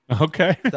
Okay